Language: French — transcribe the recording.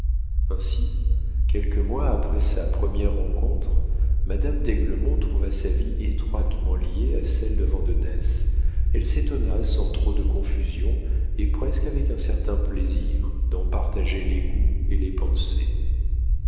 ainsi quelques mois après sa première rencontre madame d'aiglemont trouva sa vie étroitement liée à celle de vandenesse elle s'étonna sans trop de confusion et presque avec un certain plaisir d'en partager les goûts et les pensées